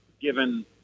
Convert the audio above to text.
given